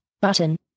button